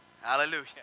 Hallelujah